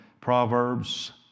Proverbs